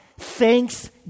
Thanks